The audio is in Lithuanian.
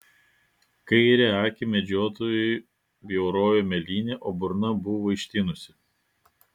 kairę akį medžiotojui bjaurojo mėlynė o burna buvo ištinusi